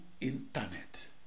internet